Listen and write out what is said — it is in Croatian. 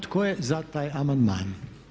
Tko je za taj amandman?